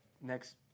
next